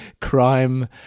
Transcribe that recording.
crime